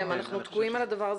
בעיה.